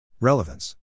Relevance